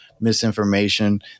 misinformation